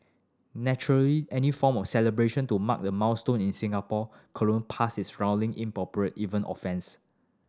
naturally any form of celebration to mark the milestone in Singapore colonial past is roundly inappropriate even offensive